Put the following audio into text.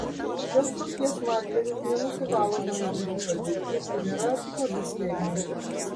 šios rūšies markeris nenusivalo nuo įvairių paviršių ir yra atsparus drėgmei